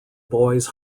boys